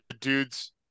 dude's